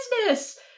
business